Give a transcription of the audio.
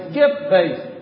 gift-based